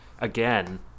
again